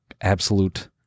absolute